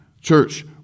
Church